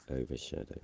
overshadow